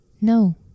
No